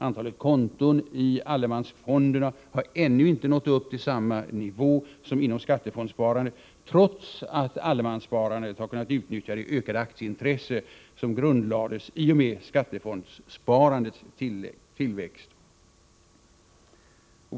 Antalet konton i allemansfonderna har ännu inte nått upp till samma nivå som inom skattefondssparandet, trots att allemanssparandet har kunnat utnyttja det ökade aktieintresse som grundlades i och med skattefondssparandets tillkomst och tillväxt. Herr talman!